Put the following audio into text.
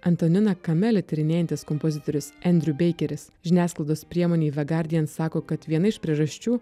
antaniną kameli tyrinėjantis kompozitorius endriu beikeris žiniasklaidos priemonėje ve gardian sako kad viena iš priežasčių